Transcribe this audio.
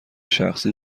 شخصی